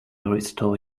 restore